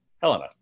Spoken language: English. Helena